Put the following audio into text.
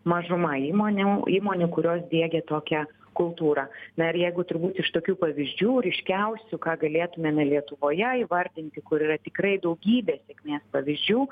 mažuma įmonių įmonių kurios diegia tokią kultūrą na ir jeigu turbūt iš tokių pavyzdžių ryškiausių ką galėtumėme lietuvoje įvardinti kur yra tikrai daugybė sėkmės pavyzdžių